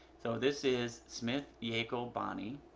so this is smith-yackel bonnie,